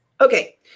Okay